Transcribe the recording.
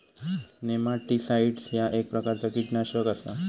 nematicides ह्या एक प्रकारचा कीटकनाशक आसा